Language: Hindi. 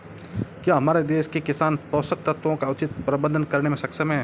क्या हमारे देश के किसान पोषक तत्वों का उचित प्रबंधन करने में सक्षम हैं?